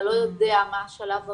אתה לא יודע מה השלב הבא,